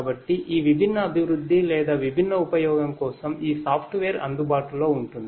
కాబట్టి ఈ విభిన్న అభివృద్ధి లేదా విభిన్నఉపయోగంకోసం ఈ సాఫ్ట్వేర్ అందుబాటులో ఉంటుంది